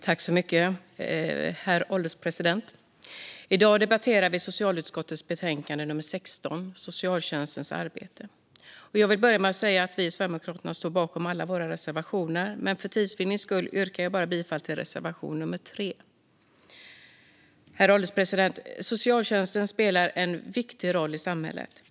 Herr ålderspresident! I dag debatterar vi socialutskottets betänkande 16 Socialtjänstens arbete . Jag vill börja med att säga att vi i Sverigedemokraterna står bakom alla våra reservationer, men för tids vinning yrkar jag bifall endast till reservation 3. Herr ålderspresident! Socialtjänsten spelar en viktig roll i samhället.